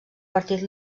partit